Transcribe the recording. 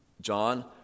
John